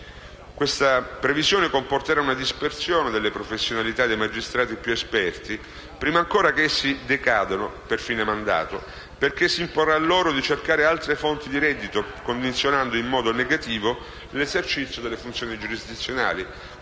Questa previsione comporterà una dispersione delle professionalità dei magistrati più esperti prima ancora che essi decadano per fine mandato, perché si imporrà loro di cercare altre fonti di reddito, condizionando in modo negativo l'esercizio delle funzioni giurisdizionali